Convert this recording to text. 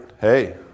Hey